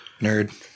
nerd